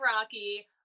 Rocky